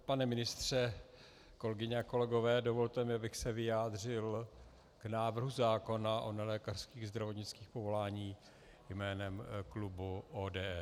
Pane ministře, kolegyně a kolegové, dovolte mi, abych se vyjádřil k návrhu zákona o nelékařských zdravotnických povoláních jménem klubu ODS.